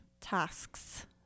tasks